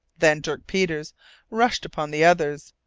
then dirk peters rushed upon the others,